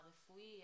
הרפואיים,